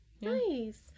Nice